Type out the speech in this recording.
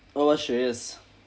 oh shreyas